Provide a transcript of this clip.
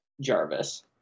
Jarvis